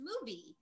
movie